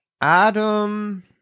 Adam